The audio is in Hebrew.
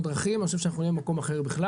דרכים אני חושב שאנחנו נהיה במקום אחר בכלל.